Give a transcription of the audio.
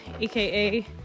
aka